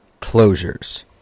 closures